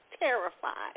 Terrified